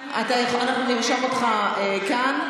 מקיימת את ההצבעה עכשיו.